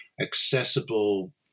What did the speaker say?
accessible